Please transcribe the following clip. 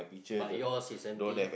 but yours is empty